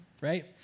right